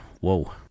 Whoa